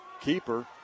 keeper